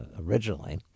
originally